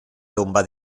tomba